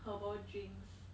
herbal drinks